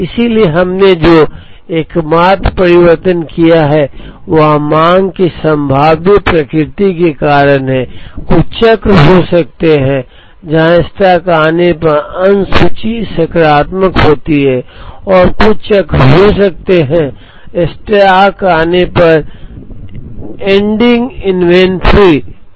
इसलिए हमने जो एकमात्र परिवर्तन किया है वह मांग की संभाव्य प्रकृति के कारण है कुछ चक्र हो सकते हैं जहां स्टॉक आने पर अंत सूची सकारात्मक होती है और कुछ चक्र हो सकते हैं स्टॉक आने पर एंडिंग इन्वेंट्री नकारात्मक है